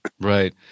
right